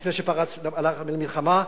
לפני שפרץ, הלך למלחמה.